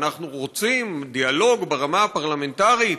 אנחנו רוצים דיאלוג ברמה הפרלמנטרית